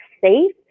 safe